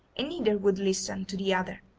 and neither would listen to the other,